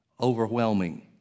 overwhelming